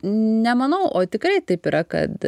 nemanau o tikrai taip yra kad